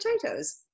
potatoes